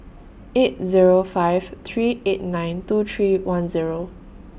eight Zero five three eight nine two three one Zero